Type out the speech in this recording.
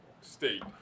state